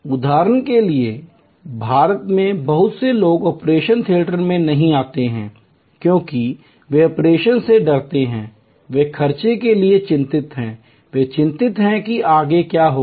उदाहरण के लिए कि भारत में बहुत से लोग ऑपरेशन थियेटर में नहीं आते हैं क्योंकि वे ऑपरेशन से डरते हैं वे खर्चों के बारे में चिंतित हैं वे चिंतित हैं कि आगे क्या होगा